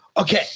Okay